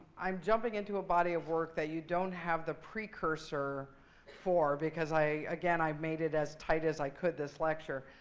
i'm jumping into a body of work that you don't have the precursor for because, again, i made it as tight as i could this lecture.